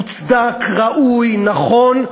מוצדק, ראוי, נכון,